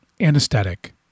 anesthetic